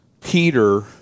Peter